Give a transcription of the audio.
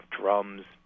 drums